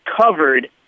covered